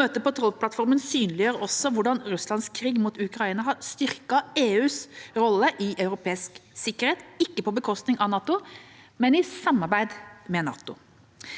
Møtet på Troll-plattformen synliggjør også hvordan Russlands krig mot Ukraina har styrket EUs rolle i europeisk sikkerhet – ikke på bekostning av NATO, men i samarbeid med NATO.